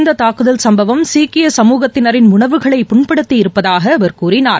இந்த தாக்குதல் சும்பவம் சீக்கிய சமூகத்தினரின் உணர்வுகளை புண்படுத்தியிருப்பதாக அவர் கூறினார்